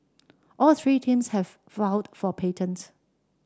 all three teams have for patents